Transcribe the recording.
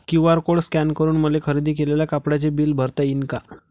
QR code scan करून मले खरेदी केलेल्या कापडाचे बिल भरता यीन का?